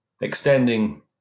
extending